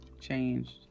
changed